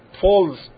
falls